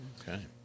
Okay